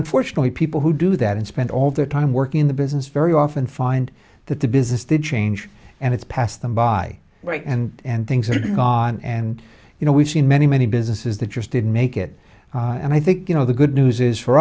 unfortunately people who do that and spend all their time working in the business very often find that the business did change and it's passed them by right and things are gone and you know we've seen many many businesses that just didn't make it and i think you know the good news is for